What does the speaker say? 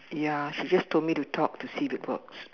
ya she just told me to talk to see if it works